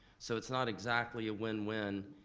so it's not exactly a win-win.